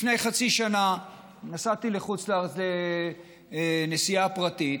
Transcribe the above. לפני חצי שנה נסעתי לחוץ לארץ לנסיעה פרטית.